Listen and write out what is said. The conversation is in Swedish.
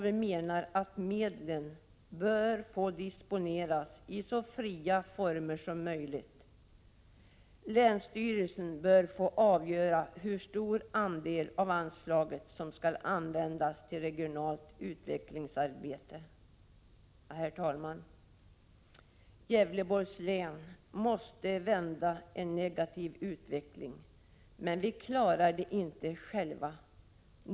Vi menar att medlen bör få disponeras i så fria former som möjligt. Länsstyrelsen bör få avgöra hur stor andel av anslaget som skall användas till regionalt utvecklingsarbete. Herr talman! Gävleborgs län måste vända en negativ utveckling, men vi klarar det inte själva.